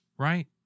Right